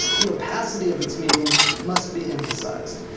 the opacity of its medium must be emphasized.